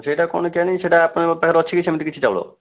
ସେଇଟା କ'ଣ କେଜାଣି ସେଇଟା ଆପଣଙ୍କ ପାଖରେ ଅଛି କି ସେମିତି କିଛି ଚାଉଳ